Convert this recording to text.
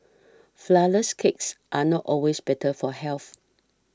Flourless Cakes are not always better for health